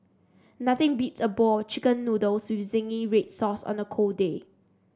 nothing beats a bowl chicken noodles with zingy red sauce on a cold day